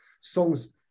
songs